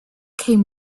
came